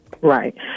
Right